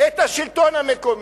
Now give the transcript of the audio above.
את השלטון המקומי,